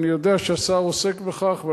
ואני יודע שהשר עוסק בכך,